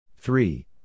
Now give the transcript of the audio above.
Three